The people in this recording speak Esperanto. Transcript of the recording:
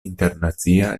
internacia